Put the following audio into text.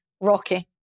Rocky